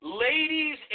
Ladies